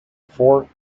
fort